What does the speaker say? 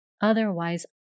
Otherwise